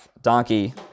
Donkey